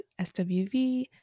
swv